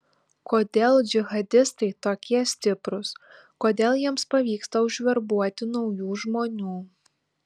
kodėl džihadistai tokie stiprūs kodėl jiems pavyksta užverbuoti naujų žmonių